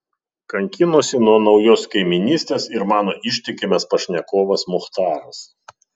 kankinosi nuo naujos kaimynystės ir mano ištikimas pašnekovas muchtaras